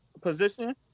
position